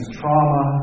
trauma